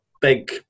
big